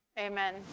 Amen